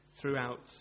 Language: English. Throughout